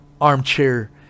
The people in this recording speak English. armchair